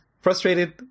frustrated